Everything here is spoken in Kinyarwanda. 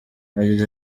yagize